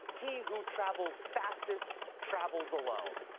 he who travels fastest travels alone.